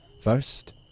First